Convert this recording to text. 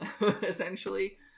essentially